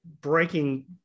breaking